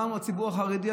הציבור החרדי,